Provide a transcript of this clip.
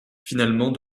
finalement